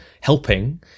helping